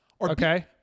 Okay